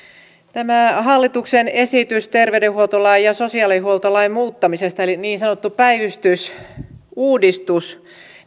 tämä hallituksen esitys terveydenhuoltolain ja sosiaalihuoltolain muuttamisesta eli niin sanottu päivystysuudistus